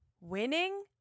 winning